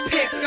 Pick